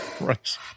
right